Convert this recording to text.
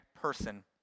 person